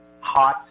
hot